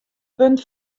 punt